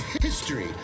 history